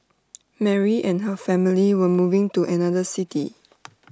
Mary and her family were moving to another city